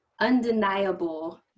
undeniable